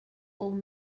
old